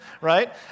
right